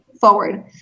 forward